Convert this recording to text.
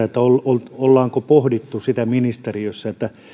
että ollaanko pohdittu ministeriössä että